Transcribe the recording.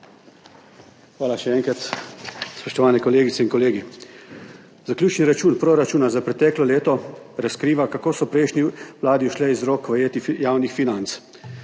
Hvala še enkrat. Spoštovane kolegice in kolegi! Zaključni račun proračuna za preteklo leto razkriva, kako so prejšnji vladi ušle iz rok vajeti javnih financ.